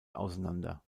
auseinander